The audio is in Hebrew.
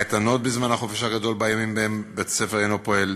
קייטנות בזמן החופש הגדול בימים שבהם בית-הספר אינו פועל,